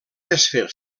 desfer